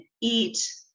eat